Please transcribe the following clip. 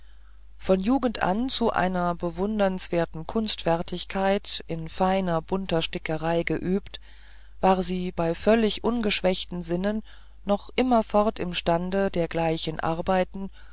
von jugend an zu einer bewundernswürdigen kunstfertigkeit in feiner bunter stickerei geübt war sie bei völlig ungeschwächten sinnen noch immerfort imstande dergleichen arbeiten